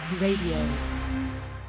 RADIO